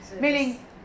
Meaning